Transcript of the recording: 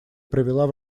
привела